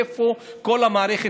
איפה כל המערכת.